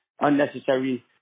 unnecessary